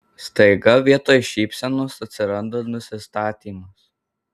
staiga vietoj šypsenos atsiranda nusistatymas